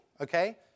okay